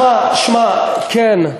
שמע, שמע, כן.